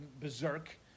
berserk